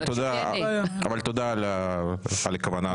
אבל תודה על הכוונה.